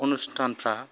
अनुस्थानफ्रा